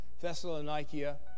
Thessalonica